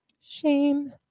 Shame